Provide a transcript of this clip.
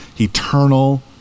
eternal